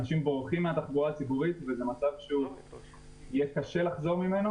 אנשים בורחים מהתחבורה הציבורית וזה מצב שיהיה קשה לחזור ממנו.